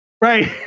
right